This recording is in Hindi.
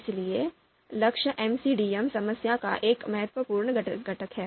इसलिए लक्ष्य MCDM समस्या का एक महत्वपूर्ण घटक है